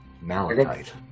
Malachite